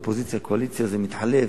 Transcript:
אופוזיציה קואליציה זה מתחלף,